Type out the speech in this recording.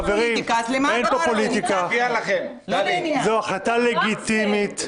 פוליטיקה, זו החלטה לגיטימית.